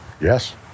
Yes